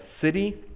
city